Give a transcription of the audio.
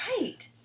Right